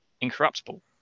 incorruptible